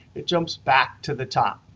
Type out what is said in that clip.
it jumps back to the top.